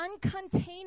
uncontainable